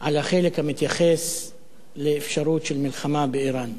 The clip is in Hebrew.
על החלק המתייחס לאפשרות של מלחמה באירן.